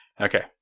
Okay